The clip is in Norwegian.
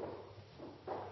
med